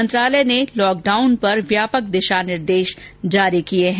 मंत्रालय ने लॉकडाउन पर व्यापक दिशा निर्देश जारी किये हैं